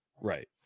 Right